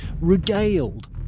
regaled